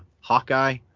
hawkeye